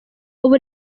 ubu